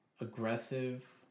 aggressive